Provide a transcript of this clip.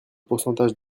pourcentage